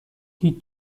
هیچ